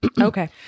Okay